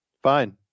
Fine